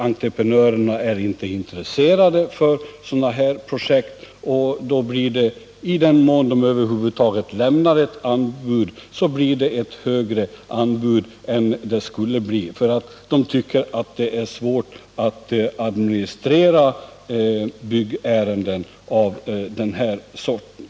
Entreprenörerna är inte intresserade av sådana här projekt och i den mån de över huvud taget lämnar Nr 66 ett anbud, blir det högre än det borde bli — de tycker att det är svårt att Tisdagen den administrera ärenden av det här slaget.